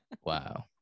Wow